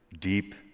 deep